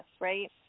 right